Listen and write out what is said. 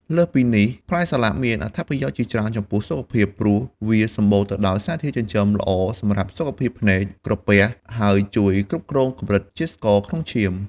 លើសពីនេះ ផ្លែសាឡាក់មានអត្ថប្រយោជន៍ជាច្រើនចំពោះសុខភាព ព្រោះវាសម្បូរទៅដោយសារធាតុចិញ្ចឹម ល្អសម្រាប់សុខភាពភ្នែក ក្រពះ ហើយជួយគ្រប់គ្រងកម្រិតជាតិស្ករ ក្នុងឈាម។